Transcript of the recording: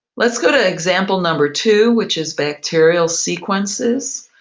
let's go to example number two, which is bacterial sequences.